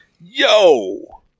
Yo